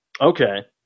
Okay